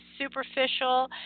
superficial